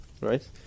right